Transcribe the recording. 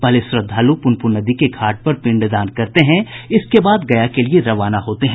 पहले श्रद्धालु पुनपुन नदी के घाट पर पिंडदान करते हैं इसके बाद गया के लिये रवाना होते हैं